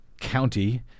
County